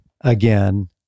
again